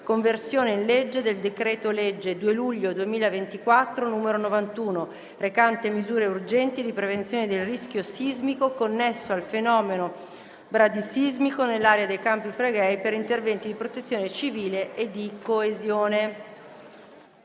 «Conversione in legge del decreto-legge 2 luglio 2024, n. 91, recante misure urgenti di prevenzione del rischio sismico connesso al fenomeno bradisismico nell'area dei Campi Flegrei e per interventi di protezione civile e di coesione»